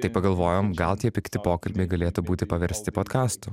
tai pagalvojom gal tie pikti pokalbiai galėtų būti paversti potkastu